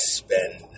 spend